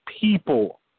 people